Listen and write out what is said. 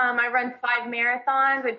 um i run five marathons,